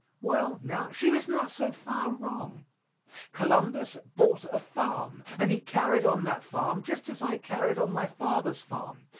well, now, she was not so far wrong columbus bought a farm and he carried on that farm just as i carried on my father's farm.